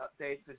updates